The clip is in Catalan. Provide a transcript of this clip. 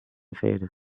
fer